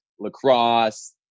lacrosse